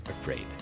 afraid